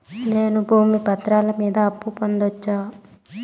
నేను భూమి పత్రాల మీద అప్పు పొందొచ్చా?